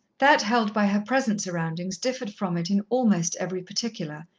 that held by her present surroundings differed from it in almost every particular,